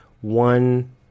one